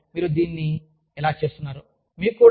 నాకు తెలియదు మీరు దీన్ని ఎలా చేస్తున్నారో